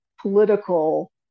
political